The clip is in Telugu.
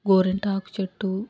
గోరింటాకు చెట్టు